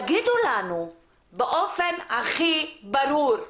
תגידו לנו באופן הכי ברור.